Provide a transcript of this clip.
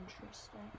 interesting